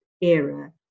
era